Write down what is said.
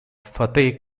fateh